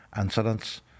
incidents